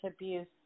abuse